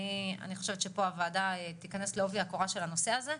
אני חושבת שפה הוועדה תיכנס לעובי הקורה של הנושא הזה,